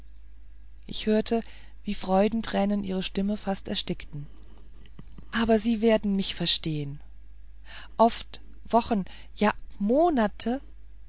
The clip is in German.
ich hörte wie freudentränen ihre stimme fast erstickten aber sie werden mich verstehen oft wochen ja